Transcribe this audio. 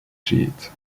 sheet